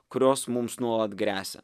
kurios mums nuolat gresia